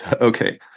Okay